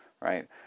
right